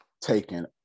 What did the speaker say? taken